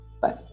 Bye